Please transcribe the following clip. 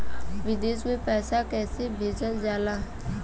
विदेश में पैसा कैसे भेजल जाला?